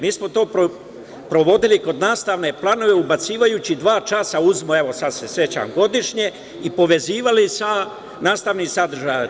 Mi smo to provodili kroz nastavne planove ubacivajući dva časa, evo sada se sećam, godišnje i povezivali sa nastavnim sadržajem.